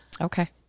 Okay